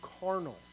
carnal